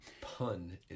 Pun